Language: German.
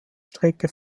strecke